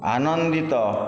ଆନନ୍ଦିତ